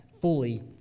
fully